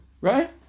Right